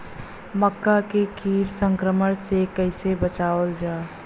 मक्का के कीट संक्रमण से कइसे बचावल जा?